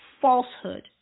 falsehood